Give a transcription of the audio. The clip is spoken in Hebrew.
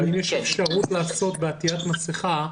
האם יש אפשרות לגבי עטיית מסכה,